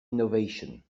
innovation